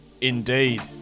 Indeed